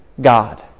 God